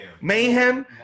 Mayhem